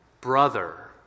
Brother